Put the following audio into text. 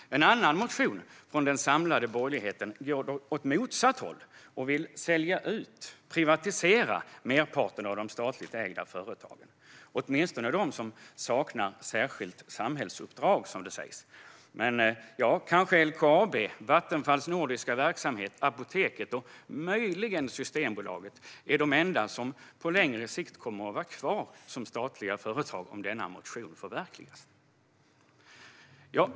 I en motion från den samlade borgerligheten går man åt motsatt håll och vill sälja ut, privatisera, merparten av de statligt ägda företagen - åtminstone dem som saknar särskilt samhällsuppdrag. Kanske är LKAB, Vattenfalls nordiska verksamhet, Apoteket och möjligen Systembolaget de enda som på sikt kommer att vara kvar som statliga företag om denna motion förverkligas.